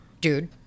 dude